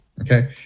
okay